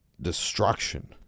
destruction